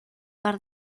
par